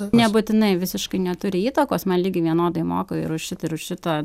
nebūtinai visiškai neturi įtakos man lygiai vienodai moka ir už šitą ir už šitą